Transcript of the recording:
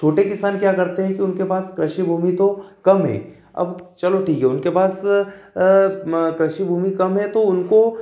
छोटे किसान क्या करते हैं उनके पास कृषि भूमि तो कम अब चलो ठीक है उनके पास कृषि भूमि कम है तो उनको